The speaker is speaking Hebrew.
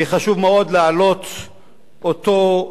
חשוב מאוד להעלות אותו,